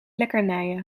lekkernijen